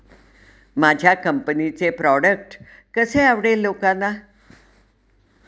माझ्या कंपनीचे प्रॉडक्ट कसे आवडेल लोकांना?